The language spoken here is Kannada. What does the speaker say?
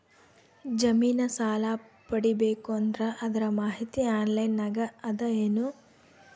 ಜಮಿನ ಸಾಲಾ ಪಡಿಬೇಕು ಅಂದ್ರ ಅದರ ಮಾಹಿತಿ ಆನ್ಲೈನ್ ನಾಗ ಅದ ಏನು?